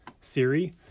Siri